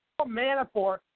Manafort